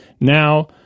Now